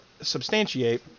substantiate